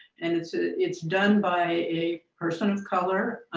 and it's ah it's done by a person of color.